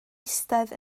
eistedd